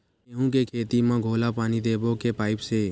गेहूं के खेती म घोला पानी देबो के पाइप से?